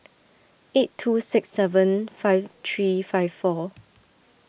eight two six seven five three five four